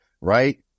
right